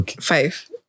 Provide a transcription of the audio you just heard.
five